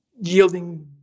yielding